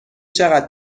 چقدر